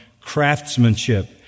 craftsmanship